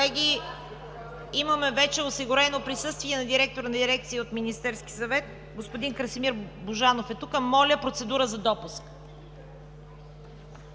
Колеги, имаме вече осигурено присъствие на директор на дирекция от Министерския съвет – господин Красимир Божанов е тук. Моля, процедура на